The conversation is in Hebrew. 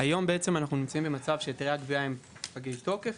היום אנחנו נמצאים במצב שהיתרי הגבייה הם פגי תוקף,